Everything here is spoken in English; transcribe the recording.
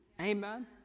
Amen